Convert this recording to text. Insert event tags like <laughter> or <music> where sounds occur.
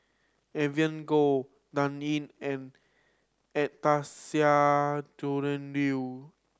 Evelyn Goh Dan Ying and Anastasia <unintelligible> Liew